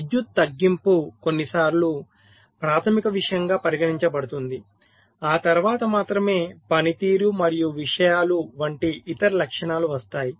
విద్యుత్ తగ్గింపు కొన్నిసార్లు ప్రాధమిక విషయంగా పరిగణించబడుతుంది ఆ తర్వాత మాత్రమే పనితీరు మరియు విషయాలు వంటి ఇతర లక్షణాలు వస్తాయి